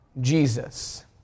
Jesus